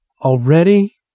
Already